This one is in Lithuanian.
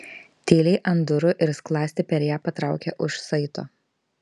tyliai ant durų ir skląstį per ją patraukė už saito